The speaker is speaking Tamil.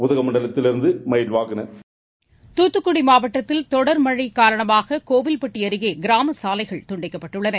உதகமண்டலத்திவிருந்து மயிலவாகன் தாத்துக்குடி மாவட்டத்தில் தொடர் மழை காரணமாக கோவில்பட்டி அருகே கிராம சாலைகள் துண்டிக்கப்பட்டுள்ளன